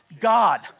God